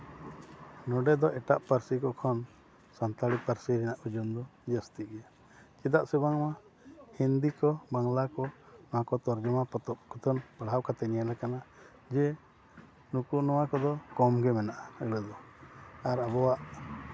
ᱱᱚᱸᱰᱮ ᱫᱚ ᱮᱴᱟᱜ ᱯᱟᱹᱨᱥᱤ ᱠᱚ ᱠᱷᱚᱱ ᱥᱟᱱᱛᱟᱲᱤ ᱯᱟᱹᱨᱥᱤ ᱨᱮᱭᱟᱜ ᱳᱡᱚᱱ ᱫᱚ ᱡᱟᱹᱥᱛᱤ ᱜᱮᱭᱟ ᱪᱮᱫᱟᱜ ᱥᱮ ᱵᱟᱝᱢᱟ ᱦᱤᱱᱫᱤ ᱠᱚ ᱵᱟᱝᱞᱟ ᱠᱚ ᱚᱱᱟ ᱠᱚ ᱛᱚᱨᱡᱚᱢᱟ ᱯᱚᱛᱚᱵ ᱯᱟᱲᱦᱟᱣ ᱠᱟᱛᱮᱫ ᱧᱮᱞᱟᱠᱟᱱᱟ ᱡᱮ ᱱᱩᱠᱩ ᱱᱚᱣᱟ ᱠᱚᱫᱚ ᱠᱚᱢᱜᱮ ᱢᱮᱱᱟᱜᱼᱟ ᱤᱱᱟᱹ ᱫᱚ ᱟᱨ ᱟᱵᱚᱣᱟᱜ